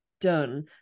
done